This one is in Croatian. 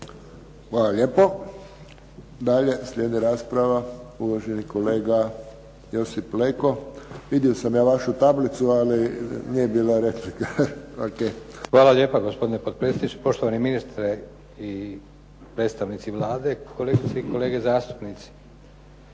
Hvala lijepo. Dalje slijedi rasprava uvaženi kolega Josip Leko. Vidio sam ja vašu tablicu, ali nije bila replika. **Leko, Josip (SDP)** Hvala lijepo gospodine potpredsjedniče. Poštovani ministre, predstavnici Vlade, kolegice